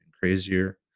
crazier